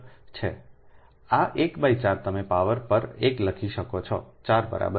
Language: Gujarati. તેથી આ 1 બાય 4 તમે પાવર પર 1 લખી શકો છો 4 બરાબર